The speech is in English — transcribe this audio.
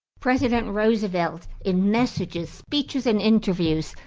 president roosevelt, in messages, speeches, and interviews,